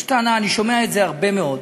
יש טענה, אני שומע את זה הרבה מאוד,